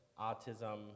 autism